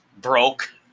broke